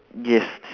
yes